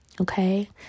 okay